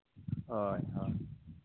ᱦᱳᱭ ᱦᱳᱭ